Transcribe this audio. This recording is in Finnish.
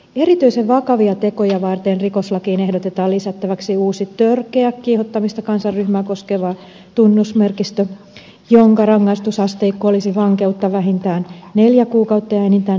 erityisen vakavia tekoja varten rikoslakiin ehdotetaan lisättäväksi uusi törkeää kiihottamista kansanryhmää vastaan koskeva tunnusmerkistö jonka rangaistusasteikko olisi vankeutta vähintään neljä kuukautta ja enintään neljä vuotta